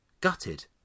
gutted